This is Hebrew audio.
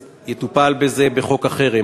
אז זה יטופל בחוק החרם.